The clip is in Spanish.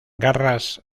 garras